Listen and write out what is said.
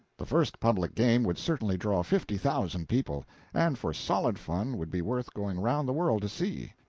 the first public game would certainly draw fifty thousand people and for solid fun would be worth going around the world to see.